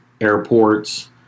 airports